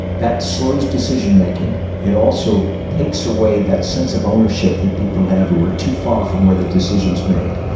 that slows decision-making. it also takes away that sense of ownership that people have who are too far from where the decision's made.